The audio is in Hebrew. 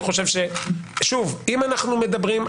שאם אנחנו מדברים,